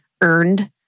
earned